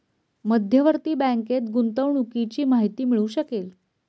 मध्यवर्ती बँकेत गुंतवणुकीची माहिती मिळू शकेल